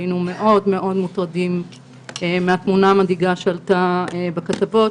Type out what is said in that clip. היינו מאוד מוטרדים מהתמונה המדאיגה שעלתה בכתבות